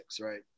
right